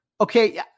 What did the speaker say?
okay